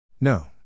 No